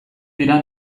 dira